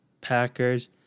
Packers